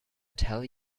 tell